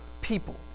people